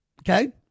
Okay